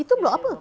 itu block apa